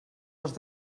les